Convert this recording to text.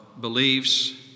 beliefs